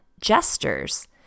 gestures